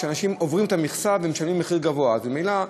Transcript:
שאנשים עוברים את המכסה ומשלמים מחיר גבוה ממילא,